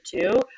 two